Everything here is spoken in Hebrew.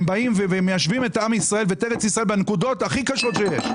הם באים ומיישבים את עם ישראל ואת ארץ ישראל בנקודות הכי קשות שיש.